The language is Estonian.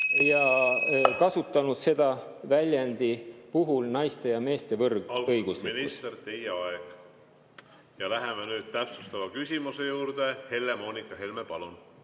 kasutanud seda väljendi puhul "naiste ja meeste võrdõiguslikkus". Austatud minister, teie aeg! Ja läheme nüüd täpsustava küsimuse juurde. Helle-Moonika Helme, palun!